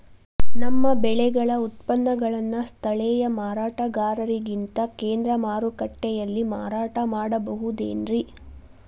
ನಮ್ಮ ಬೆಳೆಗಳ ಉತ್ಪನ್ನಗಳನ್ನ ಸ್ಥಳೇಯ ಮಾರಾಟಗಾರರಿಗಿಂತ ಕೇಂದ್ರ ಮಾರುಕಟ್ಟೆಯಲ್ಲಿ ಮಾರಾಟ ಮಾಡಬಹುದೇನ್ರಿ?